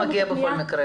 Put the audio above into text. הוא מגיע בכל מקרה.